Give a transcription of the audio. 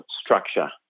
structure